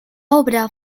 obra